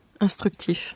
Instructif